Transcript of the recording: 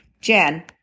Jen